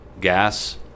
gas